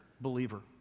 believer